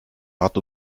art